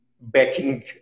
backing